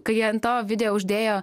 kai ant to video uždėjo